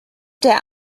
der